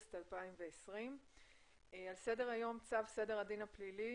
באוגוסט 2020. על סדר היום צו סדר הדין הפלילי